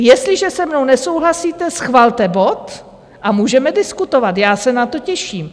Jestliže se mnou nesouhlasíte, schvalte bod a můžeme diskutovat, já se na to těším.